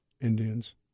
Indians